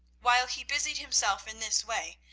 while he busied himself in this way,